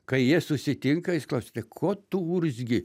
kai jie susitinka jis klausia tai ko tu urzgi